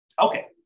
Okay